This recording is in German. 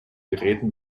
geräten